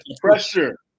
Pressure